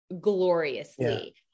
gloriously